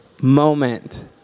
moment